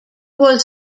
was